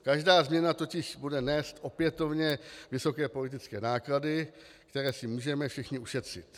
Každá změna totiž bude nést opětovně vysoké politické náklady, které si můžeme všichni ušetřit.